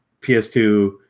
PS2